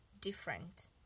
different